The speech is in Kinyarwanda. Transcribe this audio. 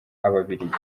ababiligi